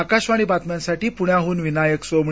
आकाशवाणी बातम्यांसाठी पुण्याहून विनायक सोमणी